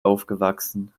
aufgewachsen